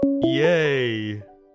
yay